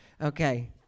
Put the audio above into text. Okay